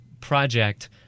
project